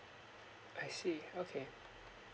I see okay